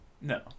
No